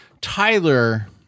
Tyler